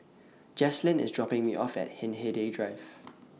Jaslyn IS dropping Me off At Hindhede Drive